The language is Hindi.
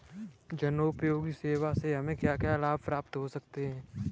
जनोपयोगी सेवा से हमें क्या क्या लाभ प्राप्त हो सकते हैं?